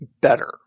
Better